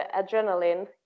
adrenaline